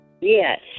Yes